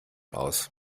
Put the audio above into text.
aus